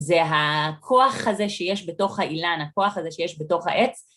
זה הכוח הזה שיש בתוך האילן, הכוח הזה שיש בתוך העץ.